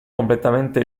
completamente